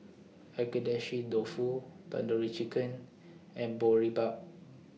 Agedashi Dofu Tandoori Chicken and Boribap